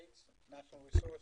national resource funds.